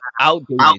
outdated